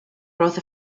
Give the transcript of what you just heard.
growth